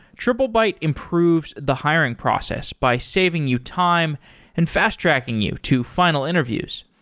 triplebyte improves the hiring process by saving you time and fast-tracking you to final interviews.